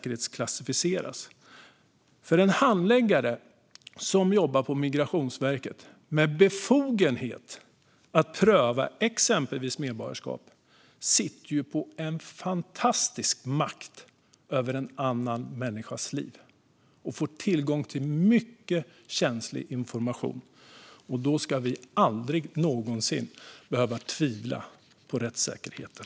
En handläggare på Migrationsverket med befogenhet att pröva exempelvis medborgarskap sitter på en fantastisk makt över en annan människas liv och har tillgång till mycket känslig information. Därför ska vi aldrig någonsin behöva tvivla på rättssäkerheten.